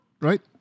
right